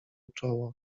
czoło